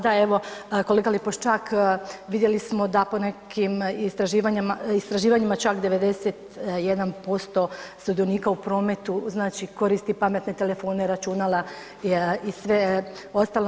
Da evo kolega Lipošćak vidjeli smo da po nekim istraživanjima čak 91% sudionika u prometu znači koristi pametne telefone, računala i sve ostalo.